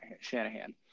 Shanahan